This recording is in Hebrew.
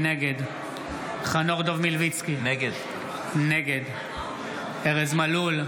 נגד חנוך דב מלביצקי, נגד ארז מלול,